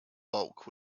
bulk